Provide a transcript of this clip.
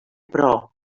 però